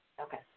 Okay